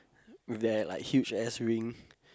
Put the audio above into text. their like huge ass ring